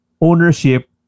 ownership